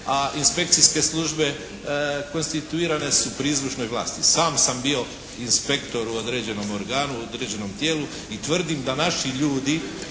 A inspekcijske službe konstituirane su pri izvršnoj vlasti. Sam sam bio inspektor u određenom organu, određenom tijelu i tvrdim da naši ljudi